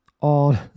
on